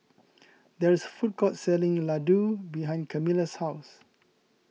there is a food court selling Ladoo behind Kamila's house